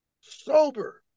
Sober